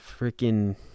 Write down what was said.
freaking